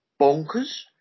bonkers